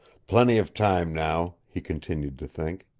plenty of time now, he continued to think.